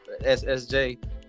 SSJ